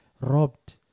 robbed